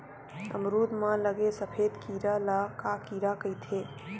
अमरूद म लगे सफेद कीरा ल का कीरा कइथे?